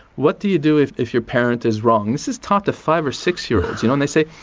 what do you do if if your parent is wrong? this is taught to five or six year olds, you know. and they say,